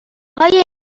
های